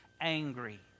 angry